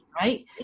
right